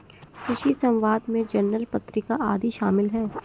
कृषि समवाद में जर्नल पत्रिका आदि शामिल हैं